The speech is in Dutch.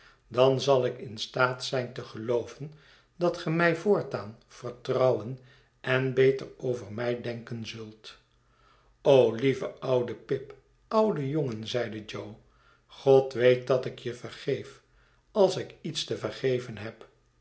dan zal ik in staat zijn te gelooven dat ge mij voortaan vertrouwen en beter over mij denken kunt lieve oude pip oude jongen zeide jo god weet dat ik je vergeef als ik iets te vergeven heb